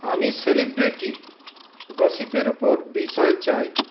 আমি সেলিব্রিটি গসিপের উপর বিষয় চাই